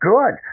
Good